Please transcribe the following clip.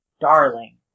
darling